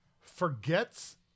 forgets